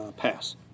Pass